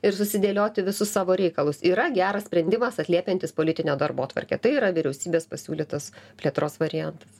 ir susidėlioti visus savo reikalus yra geras sprendimas atliepiantis politinę darbotvarkę tai yra vyriausybės pasiūlytas plėtros variantas